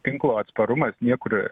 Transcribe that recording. tinklo atsparumas niekur